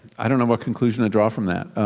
i don't know what conclusion to draw from that.